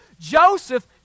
Joseph